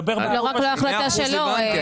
זו החלטה שלנו.